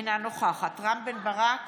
אינה נוכחת רם בן ברק,